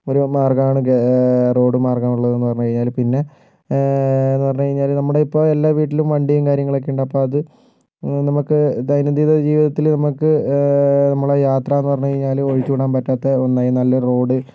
നല്ല മാര്ഗ്ഗമാണു റോഡ് മാര്ഗ്ഗം എന്നത് പിന്നെ പറഞ്ഞുകഴിഞ്ഞാല് പിന്നെ നമ്മുടെ ഇപ്പോൾ എല്ലാ വീട്ടിലും വണ്ടിയും കാര്യങ്ങളും ഒക്കെയുണ്ട് അപ്പോൾ നമുക്ക് അത് ദൈനം ദിന ജീവിതത്തില് നമ്മളുടെ യാത്ര എന്ന് പറഞ്ഞുകഴിഞ്ഞാല് ഒഴിച്ച് കൂടാന് പറ്റാത്ത ഒന്നായി നല്ലൊരു റോഡ്